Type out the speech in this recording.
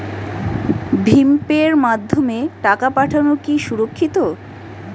ভিম পের মাধ্যমে টাকা পাঠানো কি সুরক্ষিত?